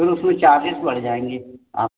फिर उसमें चार्जेस लग जाएंगे आ